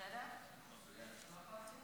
סעיפים 1 18 נתקבלו.